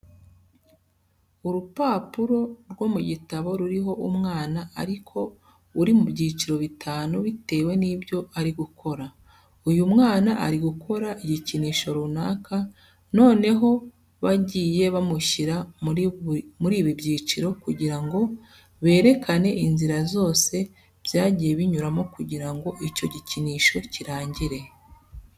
Urupapuro rwo mu gitabo ruriho umwana ariko uri mu byiciro bitanu bitewe n'ibyo ari gukora. Uyu mwana ari gukora igikinisho runaka, noneho bagiye bamushyira muri ibi byiciro kugira ngo berekane inzira zose byagiye binyuramo kugira ngo icyo gikinisho kirangire.